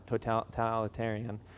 totalitarian